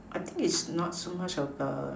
I think it's not so much of the